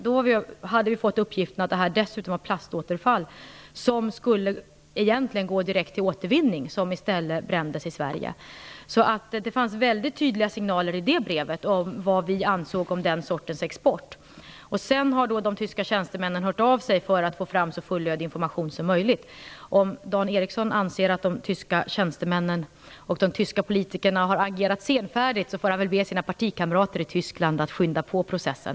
Då hade vi fått uppgifterna att det var fråga om plastavfall som egentligen skulle gå direkt till återvinning som i stället brändes i Sverige. Det fanns väldigt tydliga signaler i det brevet om vad vi ansåg om den sortens export. Sedan har de tyska tjänstemännen hört av sig för att få fram så fullödig information som möjligt. Om Dan Ericsson anser att de tyska tjänstemännen och politikerna har agerat senfärdigt, får han väl be sina partikamrater i Tyskland att skynda på processen.